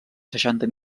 seixanta